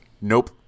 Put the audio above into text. Nope